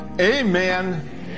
Amen